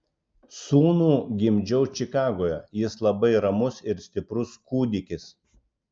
sūnų gimdžiau čikagoje jis labai ramus ir stiprus kūdikis